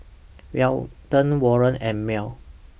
Weldon Warren and Mearl